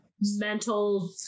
mental